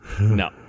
No